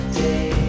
day